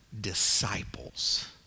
disciples